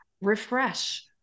refresh